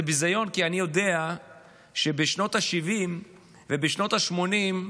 זה ביזיון כי אני יודע שבשנות השבעים ובשנות השמונים,